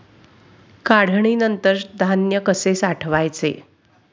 काढणीनंतर धान्य कसे साठवायचे?